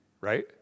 right